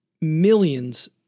millions